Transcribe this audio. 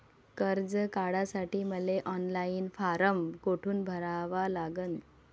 कर्ज काढासाठी मले ऑनलाईन फारम कोठून भरावा लागन?